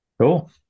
Cool